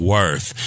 Worth